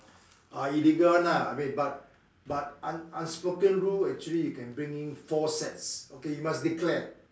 ah illegal [one] lah I mean but but un~ unspoken rule actually you can bring in four sets okay you must declare